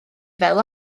fel